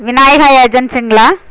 விநாயகா ஏஜென்சிங்களா